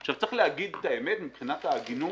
צריך להגיד את האמת, מבחינת ההגינות,